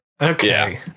Okay